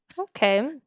Okay